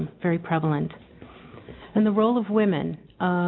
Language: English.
very prevalent and the role of women